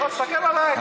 תסתכל עליי.